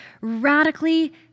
radically